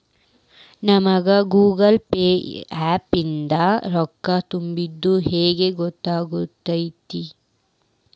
ನಮಗ Google Pay app ನಿಂದ ರೊಕ್ಕಾ ತುಂಬಿದ್ದ ಹೆಂಗ್ ಗೊತ್ತ್ ಆಗತೈತಿ?